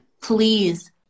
Please